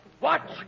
Watch